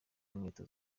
inkweto